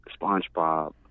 Spongebob